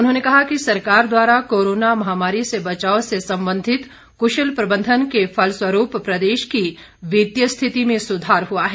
उन्होंने कहा कि सरकार द्वारा कोरोना महामारी से बचाव से संबंधित कृशल प्रबंधन के फलस्वरूप प्रदेश की वित्तीय स्थिति में सुधार हुआ है